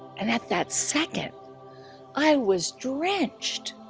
and at that second i was drenched